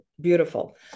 Beautiful